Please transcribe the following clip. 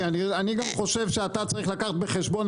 אדני אני גם חושב שאתה צריך לקחת בחשבון,